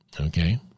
Okay